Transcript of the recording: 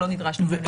הוא לא נדרש לבידוד.